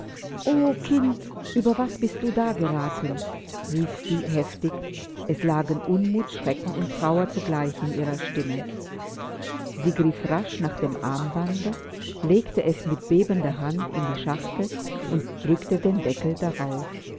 o kind über was bist du da geraten rief sie heftig es lagen unmut schrecken und trauer zugleich in ihrer stimme sie griff rasch nach dem armbande legte es mit bebender hand in die schachtel und drückte den deckel darauf